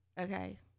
okay